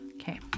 Okay